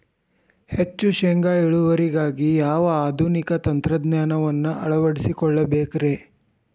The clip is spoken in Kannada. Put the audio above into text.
ಹೆಚ್ಚು ಶೇಂಗಾ ಇಳುವರಿಗಾಗಿ ಯಾವ ಆಧುನಿಕ ತಂತ್ರಜ್ಞಾನವನ್ನ ಅಳವಡಿಸಿಕೊಳ್ಳಬೇಕರೇ?